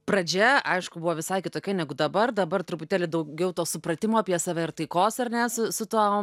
pradžia aišku buvo visai kitokia negu dabar dabar truputėlį daugiau to supratimo apie save ir taikos ar nes su tuom